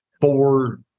four